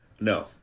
No